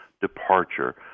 departure